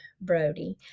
Brody